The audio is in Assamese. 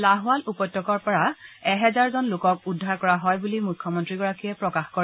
লাহোৱাল উপত্যকাৰ পৰা এহেজাৰ জন লোকক উদ্ধাৰ কৰা হয় বুলি মুখ্যমন্ত্ৰীগৰাকীয়ে প্ৰকাশ কৰে